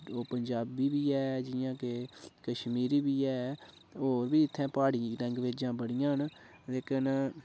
पंजाबी बी ऐ जि'यां कि कश्मीरी बी ऐ होर बी इत्थै प्हाड़ी लैंग्वेजां बड़ियां न ते कन्नै